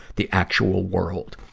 the actual world.